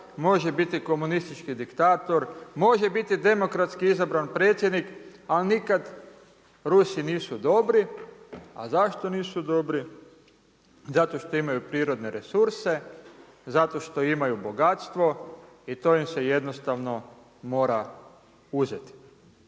može biti komunistički diktator, može biti demokratski izabran predsjednik, ali nikad Rusi nisu dobri. A zašto nisu dobri? Zato što imaju prirodne resurse, zato što imaju bogatstvo i to im se jednostavno mora uzeti.